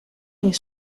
les